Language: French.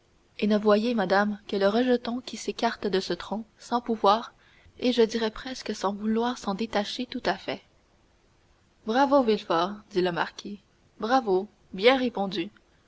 et ne voyez madame que le rejeton qui s'écarte de ce tronc sans pouvoir et je dirai presque sans vouloir s'en détacher tout à fait bravo villefort dit le marquis bravo bien répondu